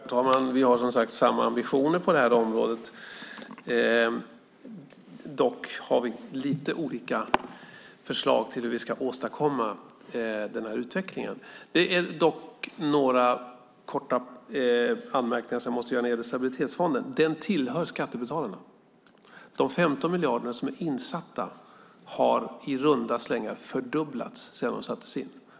Herr talman! Vi har som sagt samma ambitioner på detta område. Dock har vi lite olika förslag till hur vi ska åstadkomma denna utveckling. Jag måste dock göra några korta anmärkningar när det gäller stabilitetsfonden. Den tillhör skattebetalarna. De 15 miljarder som är insatta har i runda slängar fördubblats sedan de sattes in.